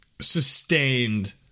sustained